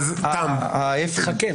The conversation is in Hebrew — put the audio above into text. --- ח"כ מתחכם,